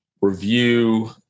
review